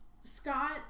Scott